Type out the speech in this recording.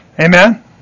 Amen